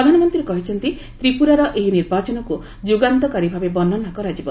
ପ୍ରଧାନମନ୍ତ୍ରୀ କହିଛନ୍ତି ତ୍ରିପୁରାର ଏହି ନିର୍ବାଚନକୁ ଯୁଗାନ୍ତକାରୀ ଭାବେ ବର୍ଷନା କରାଯିବ